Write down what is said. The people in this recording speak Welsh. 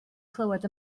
clywed